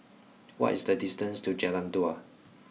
what is the distance to Jalan Dua